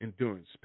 endurance